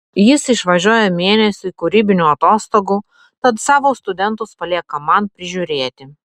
jis išvažiuoja mėnesiui kūrybinių atostogų tad savo studentus palieka man prižiūrėti